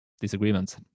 disagreements